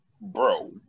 Bro